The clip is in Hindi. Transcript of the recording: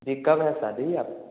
जी कब है शादी आप